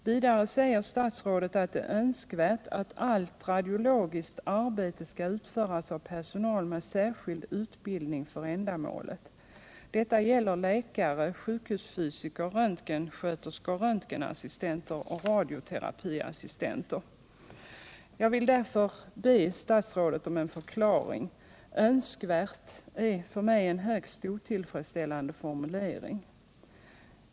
Vidare säger statsrådet att det är önskvärt att allt radiologiskt arbete skall utföras av personal med särskild utbildning för ändamålet. Detta gäller läkare-sjukhusfysiker, röntgensköterskor, röntgenassistenter och radioterapiassistenter. Jag vill därför be statsrådet om en förklaring. ”Önskvärt” är för mig en högst otillfredsställande formulering.